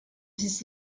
sich